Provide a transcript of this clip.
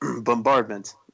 bombardment